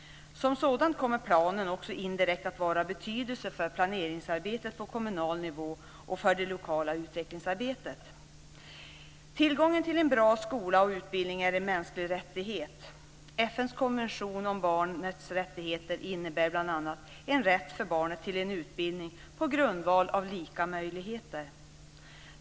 Som sådant kommer planen också indirekt att vara av betydelse för planeringsarbetet på kommunal nivå och för det lokala utvecklingsarbetet. Tillgången till en bra skola och utbildning är en mänsklig rättighet. FN:s konvention om barnets rättigheter innebär bl.a. en rätt för barnet till en utbildning på grundval av lika möjligheter.